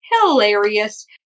hilarious